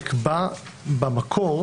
נקבע במקור